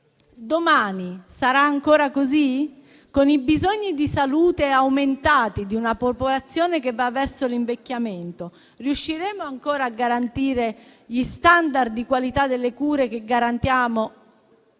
domani sarà ancora così? Con i bisogni di salute aumentati di una popolazione che va verso l'invecchiamento, riusciremo ancora a garantire gli *standard* di qualità delle cure che garantiamo o